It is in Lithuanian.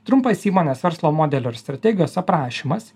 trumpas įmonės verslo modelio ir strategijos aprašymas